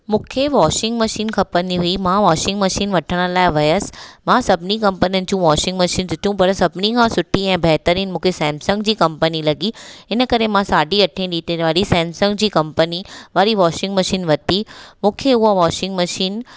मूंखे washing machine खपंदी हुई मां वॉशिंग मशीन वठण लाइ वियसि मां सभिनी कंम्पनीनि जूं वॉशिंग मशीन ॾिठियूं पर सभिनी खां सुठी ऐं बहितरीन मूंखे सैमसंग जी कंपनी लॻी हिन करे मां साढी अठे लिटर वारी सैमसंग जी कंपनी वारी वाशिंग मशीन वती मूंखे उहो वॉशिंग मशीन